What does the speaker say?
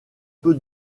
peu